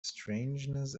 strangeness